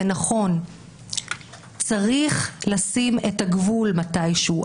ונכון צריך לשים את הגבול מתישהו,